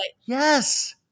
Yes